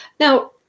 Now